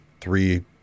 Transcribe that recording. three